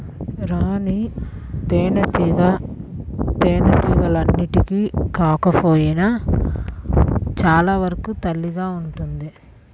రాణి తేనెటీగ తేనెటీగలన్నింటికి కాకపోయినా చాలా వరకు తల్లిగా ఉంటుంది